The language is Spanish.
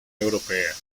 europea